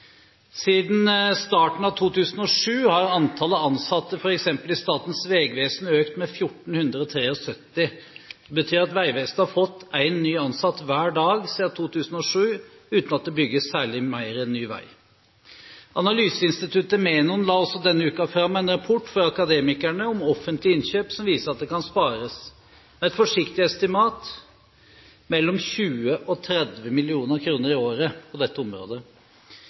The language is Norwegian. Siden starten av 2007 har antallet ansatte i f.eks. Statens vegvesen økt med 1 473. Det betyr at Vegvesenet har fått én ny ansatt hver dag siden 2007, uten at det bygges særlig mer ny vei. Analyseinstituttet Menon la også denne uken fram en rapport fra Akademikerne om offentlige innkjøp som viser at det kan spares – et forsiktig estimat – mellom 20 og 30 mill. kr i året på dette området.